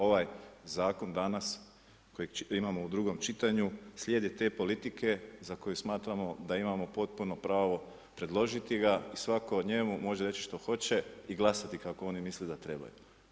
Ovaj zakon danas kojeg imamo u drugom čitanju slijedi te politike za koje smatramo da imamo potpuno pravo predložiti ga i svatko o njemu može reći što hoće i glasati kako oni misle da trebaju.